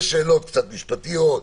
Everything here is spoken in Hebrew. יש שאלות קצת משפטיות,